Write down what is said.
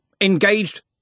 Engaged